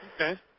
Okay